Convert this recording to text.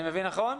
אני מבין נכון?